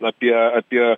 apie apie